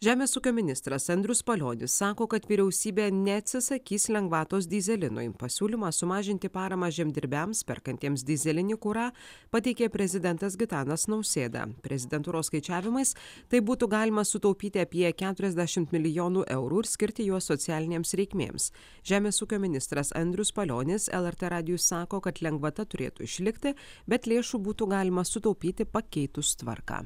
žemės ūkio ministras andrius palionis sako kad vyriausybė neatsisakys lengvatos dyzelinui pasiūlymą sumažinti paramą žemdirbiams perkantiems dyzelinį kurą pateikė prezidentas gitanas nausėda prezidentūros skaičiavimais taip būtų galima sutaupyti apie keturiasdešimt milijonų eurų ir skirti juos socialinėms reikmėms žemės ūkio ministras andrius palionis lrt radijui sako kad lengvata turėtų išlikti bet lėšų būtų galima sutaupyti pakeitus tvarką